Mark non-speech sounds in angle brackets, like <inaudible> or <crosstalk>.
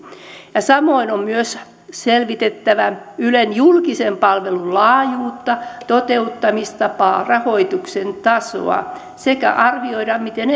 samoin on myös selvitettävä ylen julkisen palvelun laajuutta toteuttamista rahoituksen tasoa sekä arvioida miten <unintelligible>